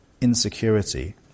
insecurity